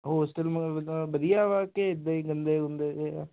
hostel ਮਤਲਬ ਜਿੱਦਾਂ ਵਧੀਆ ਵਾ ਕਿ ਇੱਦਾਂ ਗੰਦੇ ਗੁੰਦੇ ਜਿਹੇ ਆ